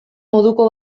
moduko